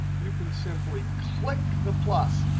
you can simply click the plus,